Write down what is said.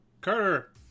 Carter